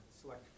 select